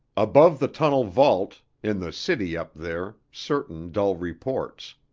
above the tunnel vault, in the city up there, certain dull reports.